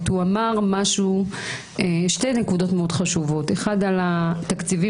הוא אמר שתי נקודות מאוד חשובות: דבר אחד על התקציבים